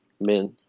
men